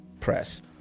press